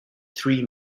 three